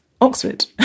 Oxford